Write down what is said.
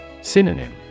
Synonym